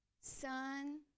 son